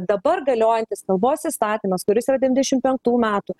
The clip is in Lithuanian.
dabar galiojantis kalbos įstatymas kuris yra devyniasdešimt penktų metų